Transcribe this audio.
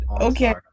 Okay